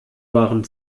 waren